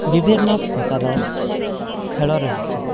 ବିଭିନ୍ନ ପ୍ରକାର ଖେଳ ରହିଛି